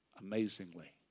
amazingly